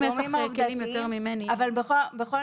אם יש לך רקע יותר ממני.